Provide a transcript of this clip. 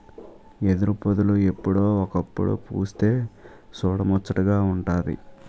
ఎదురుపొదలు ఎప్పుడో ఒకప్పుడు పుస్తె సూడముచ్చటగా వుంటాది